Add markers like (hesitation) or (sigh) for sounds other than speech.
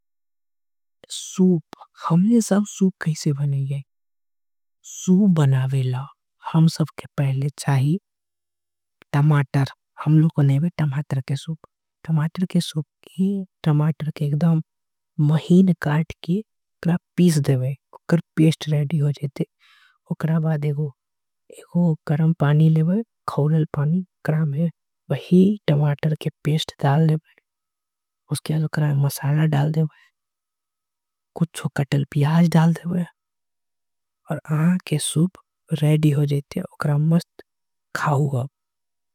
हमने सब सूप कैसे बने याई सूप बनावेला हम सबके। पहले चाहिए टमाटर हम लोगों नेवे टमाटर के सूप। टमाटर के सूप की टमाटर के एकड़ाम महीन काट। के करा पीस देवे उकर पेस्ट रैडि हो जेते उकरा बाद। एको एको गरम पानी लेवे खौलल पानी उकरा मे वही। टमाटर के पेस्ट दाल देवे उसके आज उकरा मसाला। डाल देवे कुछ वो कटल प्याज डाल देवे और आँके। (hesitation) सूप रैडि हो जेते उकरा मस्त खाऊब।